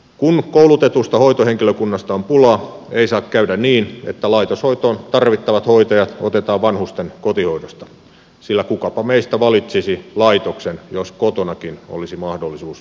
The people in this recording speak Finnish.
kun koulutetusta hoitohenkilökunnasta on pula ei saa käydä niin että laitoshoitoon tarvittavat hoitajat otetaan vanhusten kotihoidosta sillä kukapa meistä valitsisi laitoksen jos kotonakin olisi mahdollisuus olla